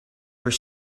were